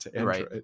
right